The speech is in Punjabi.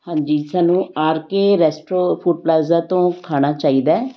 ਹਾਂਜੀ ਸਾਨੂੰ R K resto food plaza ਤੋਂ ਖਾਣਾ ਚਾਹੀਦਾ